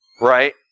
right